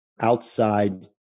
outside